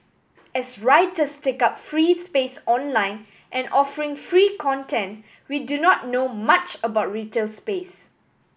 as writers take up free space online and offering free content we do not know much about retail space